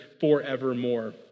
forevermore